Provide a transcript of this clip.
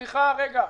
סליחה, רגע.